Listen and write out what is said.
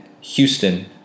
Houston